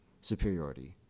superiority